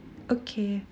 okay